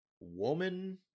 woman